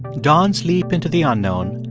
don's leap into the unknown,